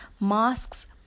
masks